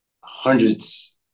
hundreds